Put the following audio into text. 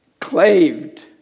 claved